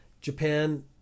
Japan